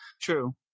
True